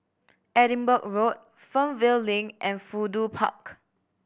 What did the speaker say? Edinburgh Road Fernvale Link and Fudu Park